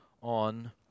on